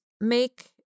make